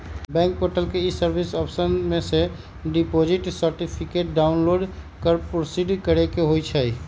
bank portal के e service option में से डिपॉजिट सर्टिफिकेट डाउनलोड कर प्रोसीड करेके होइ छइ